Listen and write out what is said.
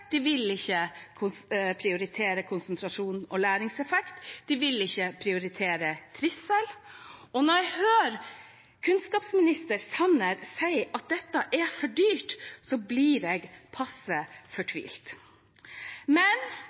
de vil ikke prioritere konsentrasjon og læringseffekt, de vil ikke prioritere trivsel. Når jeg hører kunnskapsminister Sanner si at dette er for dyrt, blir jeg passe fortvilt. Men